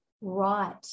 right